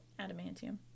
Adamantium